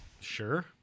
Sure